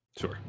sure